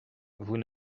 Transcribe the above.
vous